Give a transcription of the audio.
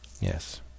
Yes